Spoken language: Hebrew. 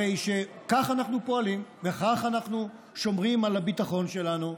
הרי שכך אנחנו פועלים וכך אנחנו שומרים על הביטחון שלנו,